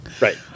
Right